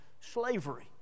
slavery